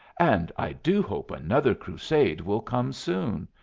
and i do hope another crusade will come soon.